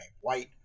white